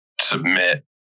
submit